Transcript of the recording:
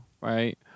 right